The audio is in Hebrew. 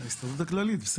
אני שומע